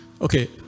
Okay